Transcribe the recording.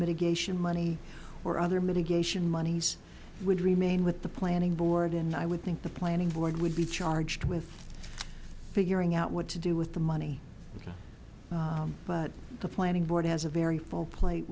mitigation money or other mitigation monies would remain with the planning board and i would think the planning board would be charged with figuring out what to do with the money but the planning board has a very full plate